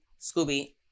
Scooby